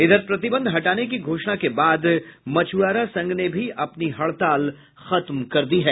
इधर प्रतिबंध हटाने की घोषणा के बाद मछुआरा संघ ने भी अपनी हड़ताल खत्म कर दी है